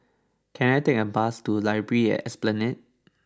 can I take a bus to library at Esplanade